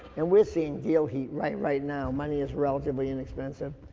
and we're seeing deal heat right right now. money is relatively inexpensive.